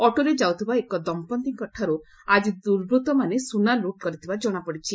ଅଟୋରେ ଯାଉଥିବା ଏକ ଦମ୍ମଉିଙ୍କଠାରୁ ଆକି ଦୂର୍ବୂଉମାନେ ସୁନା ଲୁଟ୍ କରିଥିବା ଜଶାପଡ଼ିଛି